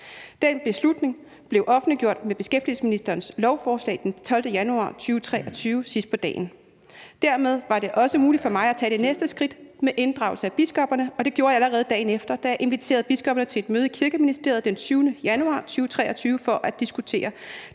Den beslutning blev offentliggjort med beskæftigelsesministerens lovforslag den 12. januar 2023 sidst på dagen. Dermed var det også muligt for mig at tage det næste skridt med inddragelse af biskopperne, og det gjorde jeg allerede dagen efter, da jeg inviterede biskopperne til et møde i Kirkeministeriet den 20. januar 2023 for at diskutere